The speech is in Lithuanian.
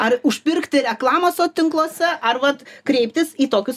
ar užpirkti reklamos soc tinkluose ar vat kreiptis į tokius